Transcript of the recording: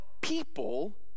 people